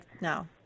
now